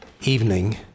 evening